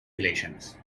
relations